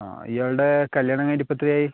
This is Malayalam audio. ആ ഇയാളുടെ കല്ല്യാണം കഴിഞ്ഞിട്ട് ഇപ്പം എത്ര ആയി